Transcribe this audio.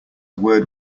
word